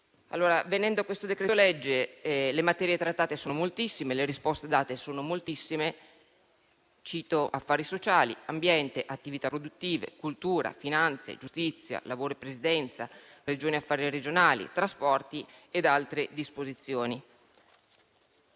Venendo al decreto-legge al nostro esame, le materie trattate sono moltissime, le risposte date sono moltissime. Cito: affari sociali, ambiente, attività produttive, cultura, finanze, giustizia, lavoro e previdenza Regioni e affari regionali, trasporti ed altre disposizioni.